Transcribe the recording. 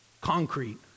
concrete